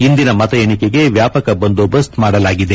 ಇಂದಿನ ಮತ ಎಣಿಕೆಗೆ ವ್ಯಾಪಕ ಬಂದೋಬಸ್ತ್ ಮಾಡಲಾಗಿದೆ